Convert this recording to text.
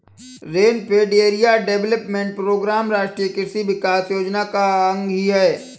rainfed area development programme राष्ट्रीय कृषि विकास योजना का अंग ही है